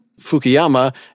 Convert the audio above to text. Fukuyama